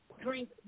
drink